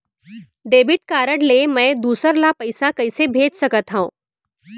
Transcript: Debit card ले मैं दूसर ला पइसा कइसे भेज सकत हओं?